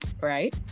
Right